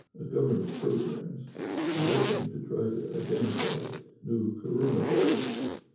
ah government programmes working to try to identify new corona viruses.